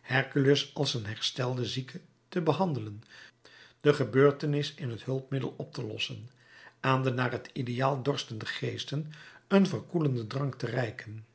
hercules als een herstelden zieke te behandelen de gebeurtenis in het hulpmiddel op te lossen aan de naar het ideaal dorstende geesten een verkoelenden drank te reiken